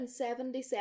177